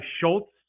schultz